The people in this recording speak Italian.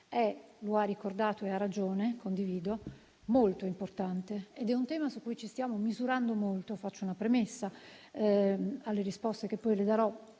è - lo ha ricordato e ha ragione - molto importante. È un tema su cui ci stiamo misurando molto. Faccio una premessa alle risposte che poi le darò: